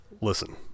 listen